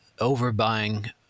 overbuying